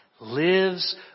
lives